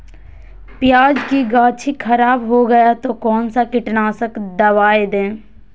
प्याज की गाछी खराब हो गया तो कौन सा कीटनाशक दवाएं दे?